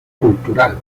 cultural